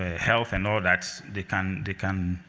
ah health and all that, they can they can